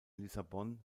lissabon